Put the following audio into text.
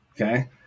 Okay